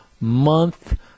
month